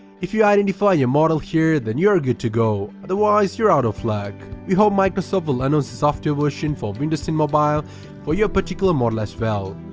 if you identify your model here then you are good to go, otherwise, you're out of luck, we hope microsoft will announce a software version for windows ten mobile for your particular model as well.